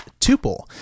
Tuple